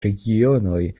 regionoj